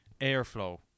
airflow